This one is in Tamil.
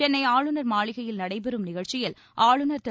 சென்னை ஆளுநர் மாளிகையில் நடைபெறும் நிகழ்ச்சியில் ஆளுநர் திரு